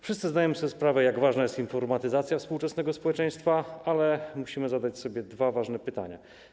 Wszyscy zdajemy sobie sprawę, jak ważna jest informatyzacja współczesnego społeczeństwa, ale musimy zadać sobie dwa ważne pytania.